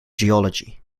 geology